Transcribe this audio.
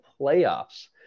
playoffs